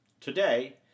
Today